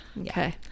okay